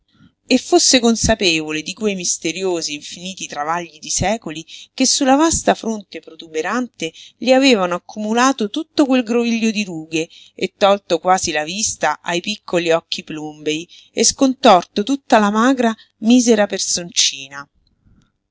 e fosse consapevole di quei misteriosi infiniti travagli di secoli che su la vasta fronte protuberante gli avevano accumulato tutto quel groviglio di rughe e tolto quasi la vista ai piccoli occhi plumbei e scontorto tutta la magra misera personcina